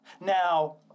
Now